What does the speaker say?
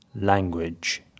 language